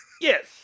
Yes